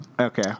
Okay